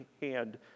hand